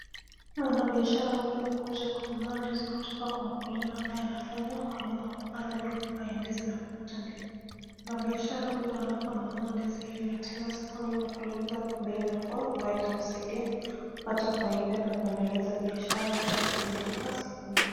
Mwanabiashara huyu amekuja kununua ndizi kutoka kwa mkulima ambaye anafanya ukulima wa kupanda migomba ya ndizi na kupata ndizi. Mwanabiashara huyu anaponunua ndizi hili ataenda sokoni na kuliuza kwa bei nafuu ambayo itamsaidia kupata faida na kuendeleza biashara yake kadhalika sokoni.